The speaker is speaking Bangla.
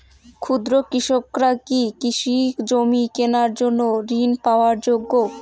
ক্ষুদ্র কৃষকরা কি কৃষিজমি কিনার জন্য ঋণ পাওয়ার যোগ্য?